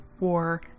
war